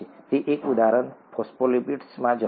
તે એક ઉદાહરણ ફોસ્ફોલિપિડ્સમાં હતું